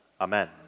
amen